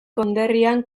konderrian